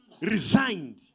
resigned